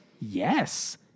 yes